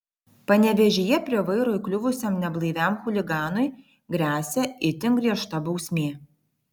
panevėžyje prie vairo įkliuvusiam neblaiviam chuliganui gresia itin griežta bausmė